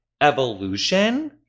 evolution